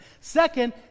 Second